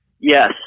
Yes